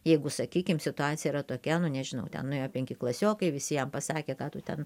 jeigu sakykim situacija yra tokia nu nežinau ten nuėjo penki klasiokai visi jam pasakė ką tu ten